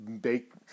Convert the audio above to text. bake